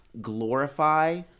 Glorify